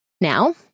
Now